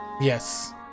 Yes